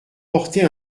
portez